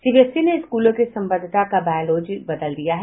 CBSE ने स्कूलों के संबद्धता का बायलॉज बदल दिया है